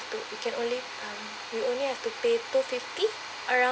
to we can only um we only have to pay two fifty around